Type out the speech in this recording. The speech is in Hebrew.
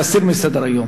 להסיר מסדר-היום.